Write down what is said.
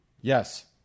Yes